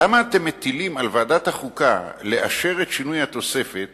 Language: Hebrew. למה אתם מטילים על ועדת החוקה לאשר את שינוי התוספת